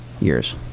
years